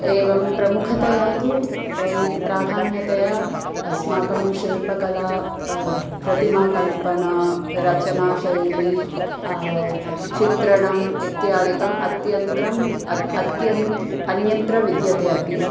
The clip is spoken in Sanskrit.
एवं प्रमुखतया तु प्राधान्यतया अस्माकं शिल्पकला प्रतिमाकल्पना रचनाशैली चित्रणम् इत्यादिकम् अत्यन्तम् अत्यन् अन्यत्र विद्यते अपि